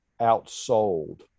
outsold